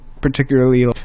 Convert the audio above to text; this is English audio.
particularly